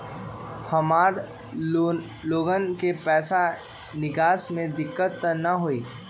हमार लोगन के पैसा निकास में दिक्कत त न होई?